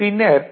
பின்னர் டி